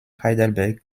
heidelberg